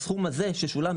הסכום הזה ששולם,